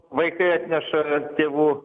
vaikai atneša tėvų